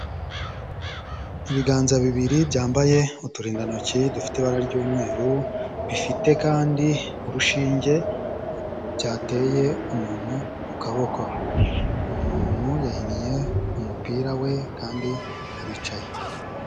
Ibiganza bibiri byambaye uturindantoki dufite ibara ry'umweru bifite kandi urushinge cyateye umuntu ku kaboko uwo muntu yahinnye umupira we kandi aricaye.